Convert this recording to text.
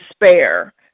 despair